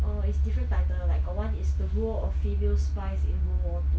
oh it's different title like got one is the role of female spies in world war two